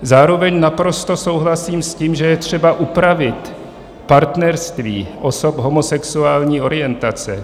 Zároveň naprosto souhlasím s tím, že je třeba upravit partnerství osob homosexuální orientace.